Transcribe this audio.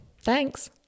thanks